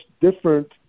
different